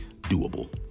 doable